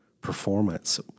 performance